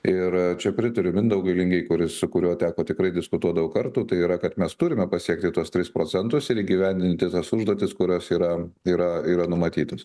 ir čia pritariu mindaugui lingei kuris su kuriuo teko tikrai diskutuot daug kartų tai yra kad mes turime pasiekti tuos tris procentus ir įgyvendinti tas užduotis kurios yra yra yra numatytos